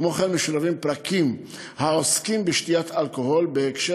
כמו כן משולבים פרקים העוסקים בשתיית אלכוהול בהקשר